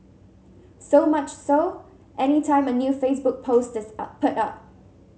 so much so any time a new Facebook post is up put up